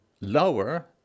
lower